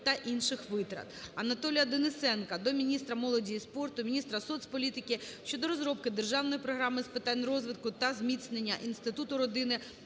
та інших витрат.